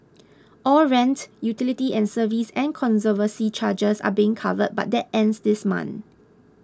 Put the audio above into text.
all rent utility and service and conservancy charges are being covered but that ends this month